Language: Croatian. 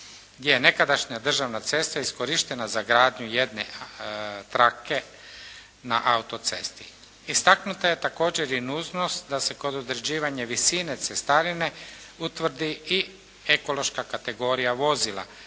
Gdje je nekadašnja državna cesta iskorištena za gradnju jedne trake na autocesti. Istaknuta je također i nužnost da se kod određivanja visine cestarine utvrdi i ekološka kategorija vozila